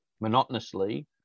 monotonously